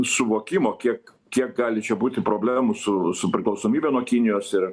suvokimo kiek kiek gali čia būti problemų su su priklausomybe nuo kinijos ir